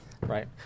Right